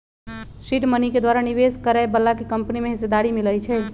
seed money के द्वारा निवेश करए बलाके कंपनी में हिस्सेदारी मिलइ छइ